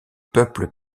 peuple